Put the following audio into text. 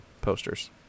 posters